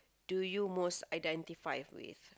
do you most identify with